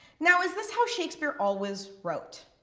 now is this how shakespeare always wrote?